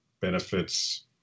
benefits